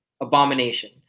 abomination